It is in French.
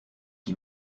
qui